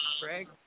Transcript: Craig